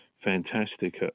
fantastic